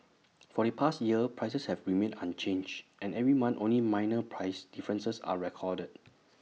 for the past year prices have remained unchanged and every month only minor price differences are recorded